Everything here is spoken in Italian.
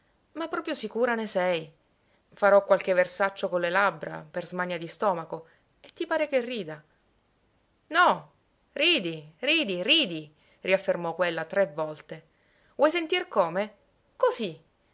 ma proprio sicura ne sei farò qualche versaccio con le labbra per smania di stomaco e ti pare che rida no ridi ridi ridi riaffermò quella tre volte vuoi sentir come così